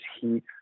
heat